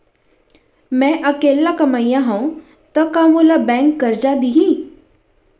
मैं अकेल्ला कमईया हव त का मोल बैंक करजा दिही?